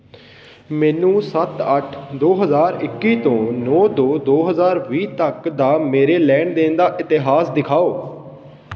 ਮੈਨੂੰ ਸੱਤ ਅੱਠ ਦੋ ਹਜ਼ਾਰ ਇੱਕੀ ਤੋਂ ਨੌ ਦੋ ਦੋ ਹਜ਼ਾਰ ਵੀਹ ਤੱਕ ਦਾ ਮੇਰੇ ਲੈਣ ਦੇਣ ਦਾ ਇਤਿਹਾਸ ਦਿਖਾਉ